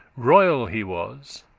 royal he was,